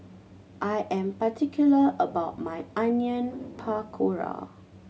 I am particular about my Onion Pakora